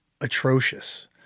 atrocious